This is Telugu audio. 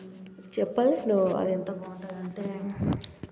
చెప్పలేను అది ఎంత బాగుంటుందంటే